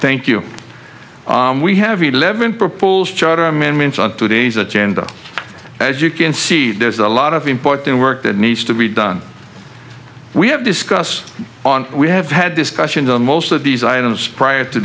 thank you we have eleven proposals charter amendments on today's agenda and as you can see there's a lot of important work that needs to be done we have discussed on we have had discussions on most of these items prior to